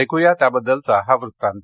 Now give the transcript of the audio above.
ऐकूया त्याबद्दलचा हा वृत्तांत